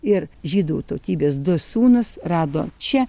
ir žydų tautybės du sūnūs rado čia